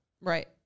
Right